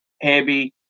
heavy